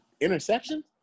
interception